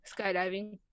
Skydiving